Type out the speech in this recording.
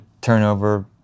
turnover